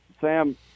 Sam